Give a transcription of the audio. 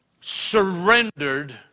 surrendered